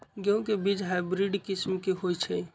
गेंहू के बीज हाइब्रिड किस्म के होई छई?